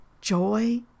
joy